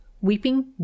weeping